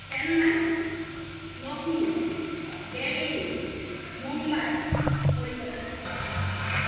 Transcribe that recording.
Chennai Lucknow Delhi Mumbai Kolkata